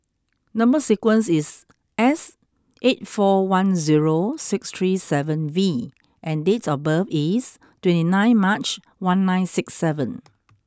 number sequence is S eight four one zero six three seven V and date of birth is twenty nine March one nine six seven